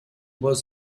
was